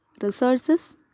resources